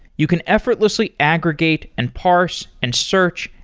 you can effortlessly aggregate, and parse, and search,